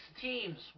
teams